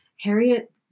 harriet